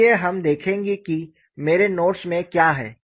इसलिए हम देखेंगे कि मेरे नोट्स में क्या है